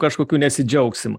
kažkokiu nesidžiaugsim